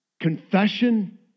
confession